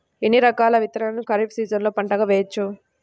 ఎన్ని రకాల విత్తనాలను ఖరీఫ్ సీజన్లో పంటగా వేయచ్చు?